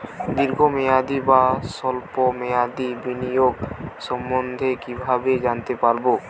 দীর্ঘ মেয়াদি বা স্বল্প মেয়াদি বিনিয়োগ সম্বন্ধে কীভাবে জানতে পারবো?